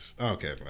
Okay